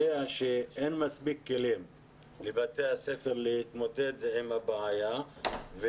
שאין מספיק כלים לבתי הספר להתמודד עם הבעיה.